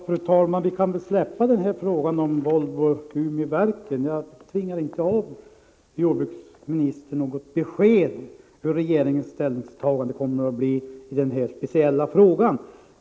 Fru talman! Vi kan väl släppa frågan om Volvo Umeverken. Jag tvingar inte av jordbruksministern något besked om hur regeringens ställningstagande kan bli i det här speciella avseendet.